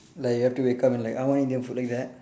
like you have to wake up and like I want Indian food like that